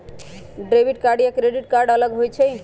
Debit card या credit card अलग होईछ ई?